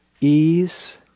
ease